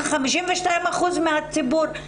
הנשים הן 52% מן הציבור,